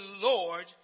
Lord